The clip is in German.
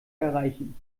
erreichen